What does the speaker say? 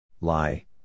Lie